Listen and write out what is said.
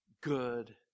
good